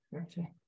okay